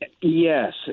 Yes